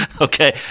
Okay